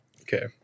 okay